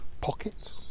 pocket